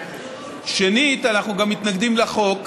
שנית, אנחנו גם מתנגדים לחוק.